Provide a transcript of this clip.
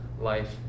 life